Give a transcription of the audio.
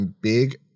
big